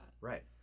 Right